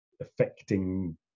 affecting